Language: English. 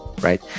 right